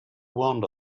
want